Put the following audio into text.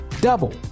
double